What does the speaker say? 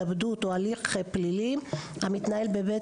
התאבדות או הליך פלילי המתנהל בבית